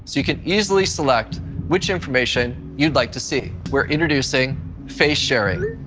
you can easily select which information you would like to see. we're introducing face sharing.